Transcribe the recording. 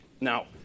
Now